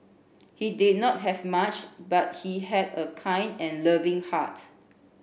he did not have much but he had a kind and loving heart